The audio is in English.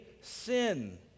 sin